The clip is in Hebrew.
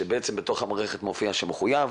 שבעצם במערכת מופיע שהוא מחויב,